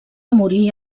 morir